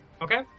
Okay